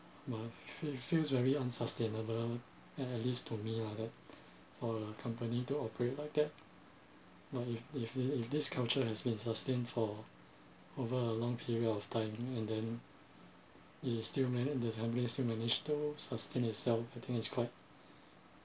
my feel feels very unsustainable at at least to me lah that uh company to operate like that but if if if if this culture has been sustained for over a long period of time and then it still manage this company is still managed to sustain itself I think it's quite